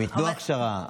הם ייתנו הכשרה.